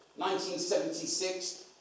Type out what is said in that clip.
1976